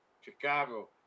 Chicago